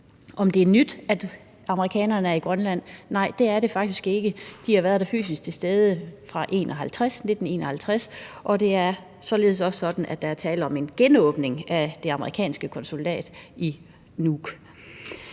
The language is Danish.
Om det er nyt, at amerikanerne er i Grønland? Nej, det er det faktisk ikke. De har været der fysisk til stede fra 1951, og det er således også sådan, at der er tale om en genåbning af det amerikanske konsulat i Nuuk.